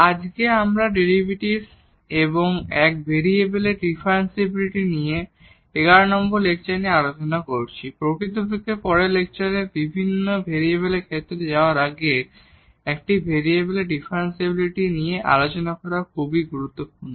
আজকে আমরা ডেরিভেটিভস এবং এক ভেরিয়েবলের ডিফারেনশিবিলিটি নিয়ে 11 নম্বর লেকচার নিয়ে আলোচনা করছি প্রকৃতপক্ষে পরের লেকচারে বিভিন্ন ভেরিয়েবলের ক্ষেত্রে যাওয়ার আগে একটি ভেরিয়েবলের ডিফারেনশিবিলিটি নিয়ে আলোচনা করা খুবই গুরুত্বপূর্ণ